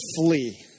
flee